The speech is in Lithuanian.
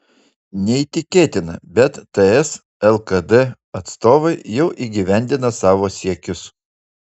neįtikėtina bet ts lkd atstovai jau įgyvendina savo siekius